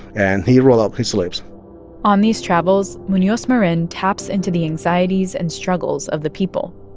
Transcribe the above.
and he rolled up his sleeves on these travels, munoz marin taps into the anxieties and struggles of the people.